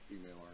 female